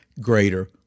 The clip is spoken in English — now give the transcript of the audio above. greater